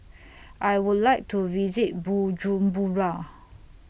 I Would like to visit Bujumbura